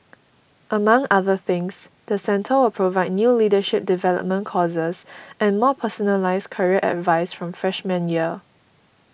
among other things the centre will provide new leadership development courses and more personalised career advice from freshman year